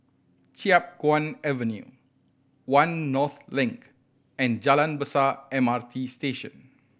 Chiap Guan Avenue One North Link and Jalan Besar M R T Station